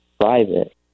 private